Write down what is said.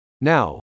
Now